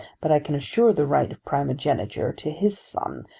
but i can assure the right of primogeniture to his son,